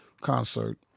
concert